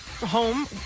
home